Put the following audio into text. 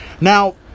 Now